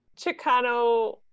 Chicano